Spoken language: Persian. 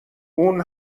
اون